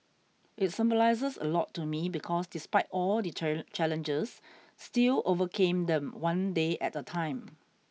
it symbolises a lot to me because despite all the challenges still overcame them one day at a time